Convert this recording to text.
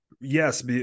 Yes